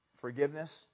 forgiveness